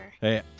Hey